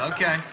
Okay